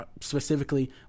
specifically